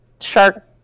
Shark